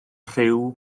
rhyw